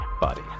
body